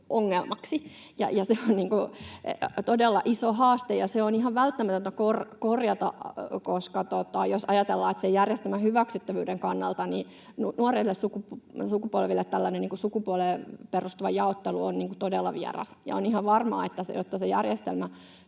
ongelmaksi. Se on todella iso haaste, ja se on ihan välttämätöntä korjata, koska jos ajatellaan sen järjestelmän hyväksyttävyyden kannalta, nuorille sukupolville tällainen sukupuoleen perustuva jaottelu on todella vieras, ja on ihan varmaa, että jotta se järjestelmän